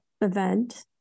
event